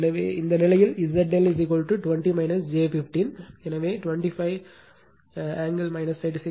எனவே இந்த நிலையில் Z ∆ 20 j 15 எனவே 25 ஆங்கிள் 36